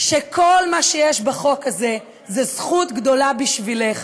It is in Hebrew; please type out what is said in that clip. שכל מה שיש בחוק הזה זה זכות גדולה בשבילך,